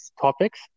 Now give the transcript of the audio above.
topics